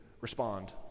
respond